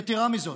יתרה מזו,